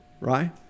right